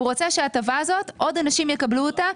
הוא רוצה שההטבה הזאת עוד אנשים יקבלו אותה,